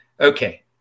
Okay